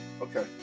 Okay